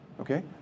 Okay